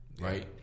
Right